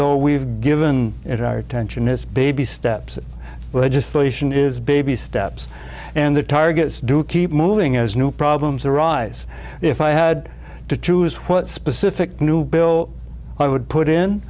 though we've given it our attention it's baby steps legislation is baby steps and the targets do keep moving as new problems arise if i had to choose what specific new bill i would put in